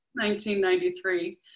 1993